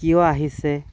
কিয় আহিছে